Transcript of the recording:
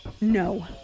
No